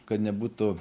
kad nebūtų